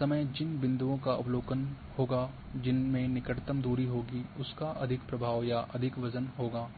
समय जिन बिंदुओं का अवलोकन होगा जिनमें निकटतम दूरी होगी उसका अधिक प्रभाव या अधिक वजन होगा